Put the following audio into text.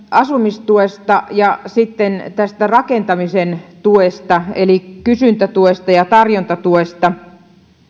asumistuesta ja sitten tästä rakentamisen tuesta eli kysyntätuesta ja tarjontatuesta